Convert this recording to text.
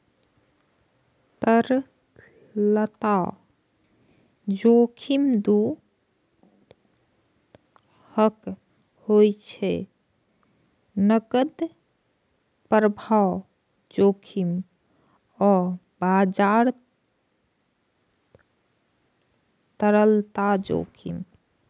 तरलता जोखिम दू तरहक होइ छै, नकद प्रवाह जोखिम आ बाजार तरलता जोखिम